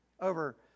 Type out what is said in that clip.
over